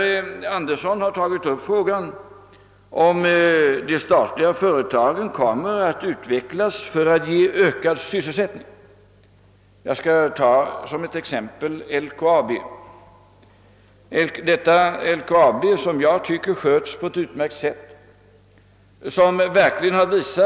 Herr Andersson i Luleå har tagit upp frågan, om de statliga företagen kommer att utvecklas för att ge ökad sysselsättning. Jag skall som exempel ta LKAB, som jag tycker sköts utmärkt.